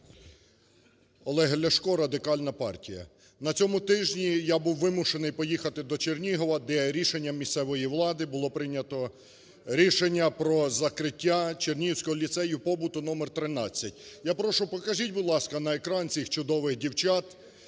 Олег Ляшко, Радикальна партія. На цьому тижні я був вимушений поїхати до Чернігова, де рішенням місцевої влади було прийнято рішення про закриття Чернігівського ліцею побуту № 13. Я прошу, покажіть, будь ласка, на екран цих чудових дівчат,